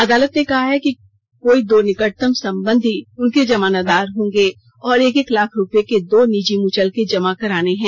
अदालत ने कहा है कि कोई दो निकटतम संबंधी उनके जमानतदार होंगे और एक एक लाख रुपये के दो निजी मुचलके जमा कराने हैं